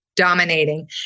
dominating